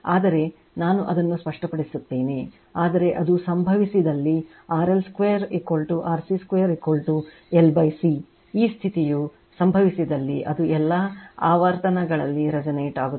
ಆದರೆ ನಾನು ಅದನ್ನು ಸ್ಪಷ್ಟಪಡಿಸುತ್ತೇನೆ ಆದರೆ ಅದು ಸಂಭವಿಸಿದಲ್ಲಿRL2 RC2 L C ಈ ಸ್ಥಿತಿಯು ಸಂಭವಿಸಿದಲ್ಲಿ ಅದು ಎಲ್ಲಾ ಆವರ್ತನಗಳಲ್ಲಿ resonate ಆಗುತ್ತದೆ